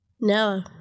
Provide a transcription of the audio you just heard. No